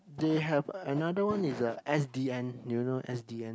they have another one it's the s_d_n do you know s_d_n